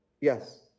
Yes